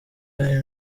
hari